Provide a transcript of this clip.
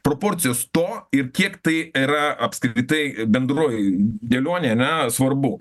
proporcijos to ir kiek tai yra apskritai bendrojoj dėlionėj ane svarbu